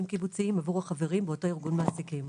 קיבוציים עבור החברים באותו ארגון מעסיקים.